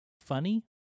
funny